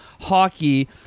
hockey